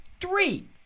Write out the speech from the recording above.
three